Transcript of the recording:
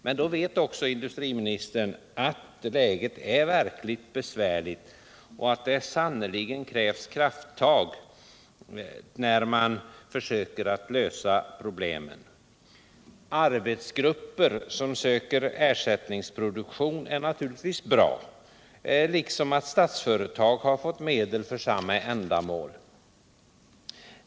Men då vet också industriministern att läget är verkligt besvärligt och att det sannerligen krävs krafttag när man försöker lösa problemen. Arbetsgrupper som söker ersättningsproduktion är naturligtvis bra, liksom att Statsföretag fått medel för samma ändamål.